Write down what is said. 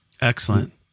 Excellent